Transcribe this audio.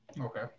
okay